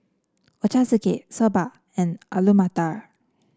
Ochazuke Soba and Alu Matar